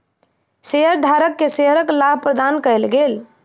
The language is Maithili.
शेयरधारक के शेयरक लाभ प्रदान कयल गेल